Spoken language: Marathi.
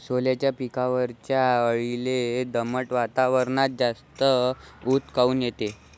सोल्याच्या पिकावरच्या अळीले दमट वातावरनात जास्त ऊत काऊन येते?